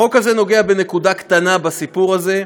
החוק הזה נוגע בנקודה קטנה בסיפור הזה: